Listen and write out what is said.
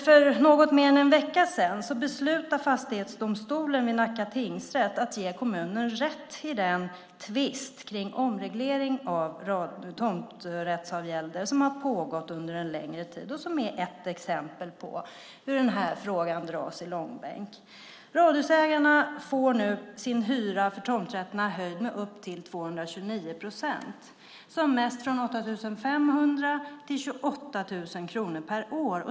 För något mer än en vecka sedan beslutade fastighetsdomstolen vid Nacka tingsrätt att ge kommunen rätt i den tvist om omreglering av tomträttsavgälder som pågått under en längre tid och är ett exempel på hur den här frågan dras i långbänk. Radhusägarna får nu sin hyra för tomträtterna höjd med upp till 229 procent. Det är som mest från 8 500 kronor till 28 000 kronor per år.